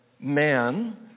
Man